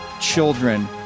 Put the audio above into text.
children